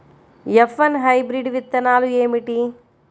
F one hybrid విత్తనాలు ఏమిటి?